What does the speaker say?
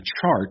chart